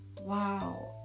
Wow